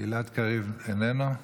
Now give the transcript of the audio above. גלעד קריב, איננו.